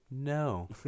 No